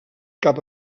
cap